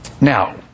Now